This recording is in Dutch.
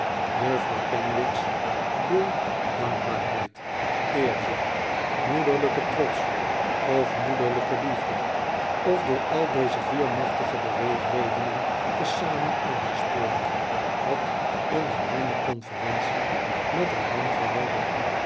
juffrouw kenwigs door dankbaarheid eerzucht moederlijken trots of moederlijke liefde of door al deze vier machtige beweegredenen tezamen aangespoord had een geheime conferentie met haar man gehouden